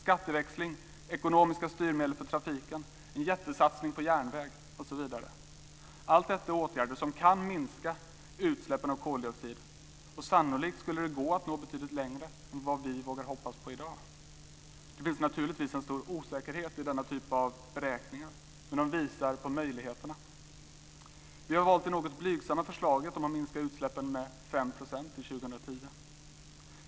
Skatteväxling, ekonomiska styrmedel för trafiken, en jättesatsning på järnväg osv. Allt detta är åtgärder som kan minska utsläppen av koldioxid, och sannolikt skulle det gå att nå betydligt längre än vad vi vågar hoppas på i dag. Det finns naturligtvis en stor osäkerhet i denna typ av beräkningar, men de visar på möjligheterna.